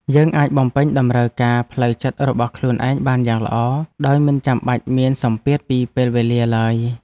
យើងអាចបំពេញតម្រូវការផ្លូវចិត្តរបស់ខ្លួនឯងបានយ៉ាងល្អ ដោយមិនចាំបាច់មានសម្ពាធពីពេលវេលាឡើយ។